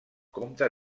compta